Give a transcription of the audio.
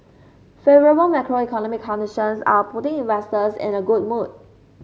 favourable macroeconomic conditions are putting investors in a good mood